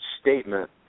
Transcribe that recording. statement